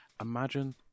imagine